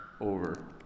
Over